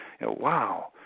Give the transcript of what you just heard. Wow